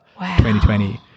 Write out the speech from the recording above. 2020